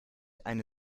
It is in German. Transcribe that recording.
eine